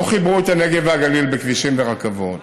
לא חיברו את הנגב והגליל בכבישים ורכבות,